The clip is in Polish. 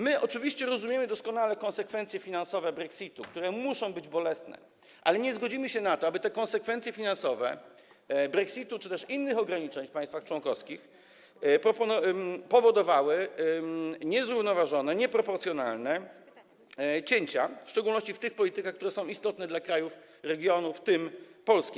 My oczywiście rozumiemy doskonale konsekwencje finansowe brexitu, które muszą być bolesne, ale nie zgodzimy się na to, aby te konsekwencje finansowe brexitu czy też innych ograniczeń w państwach członkowskich powodowały niezrównoważone, nieproporcjonalne cięcia, w szczególności w tych politykach, które są istotne dla krajów, regionów, w tym Polski.